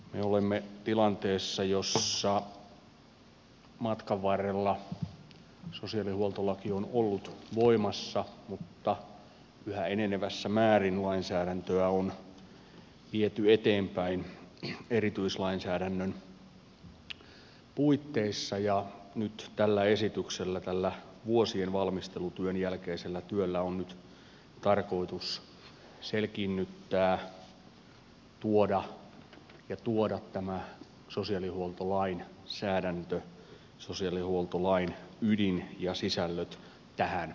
me olemme tilanteessa jossa matkan varrella sosiaalihuoltolaki on ollut voimassa mutta yhä enenevässä määrin lainsäädäntöä on viety eteenpäin erityislainsäädännön puitteissa ja nyt tällä vuosien valmistelutyön jälkeisellä esityksellä on tarkoitus selkiinnyttää ja tuoda tämä sosiaalihuoltolainsäädäntö sosiaalihuoltolain ydin ja sisällöt tähän päivään